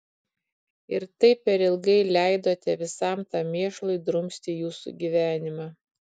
ir taip per ilgai leidote visam tam mėšlui drumsti jūsų gyvenimą